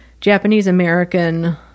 Japanese-American